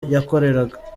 yakoreraga